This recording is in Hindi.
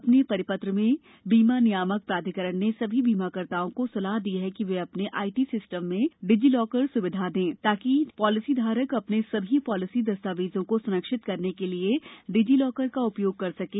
अपने परिपत्र में बीमा नियामक प्राधिकरण ने सभी बीमाकर्ताओं को सलाह दी कि वे अपने आईटी सिस्टम में डिजीलॉकर स्विधा दें ताकि पॉलिसीधारक अपने सभी पॉलिसी दस्तावेजों को संरक्षित करने के लिए डिजीलॉकर का उपयोग कर सकें